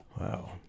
Wow